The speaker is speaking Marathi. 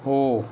हो